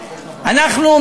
אנחנו,